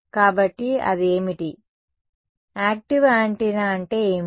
కాబట్టి అది ఏమిటి యాక్టీవ్ యాంటెన్నా అంటే ఏమిటి